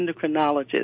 endocrinologist